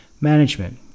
management